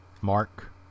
Mark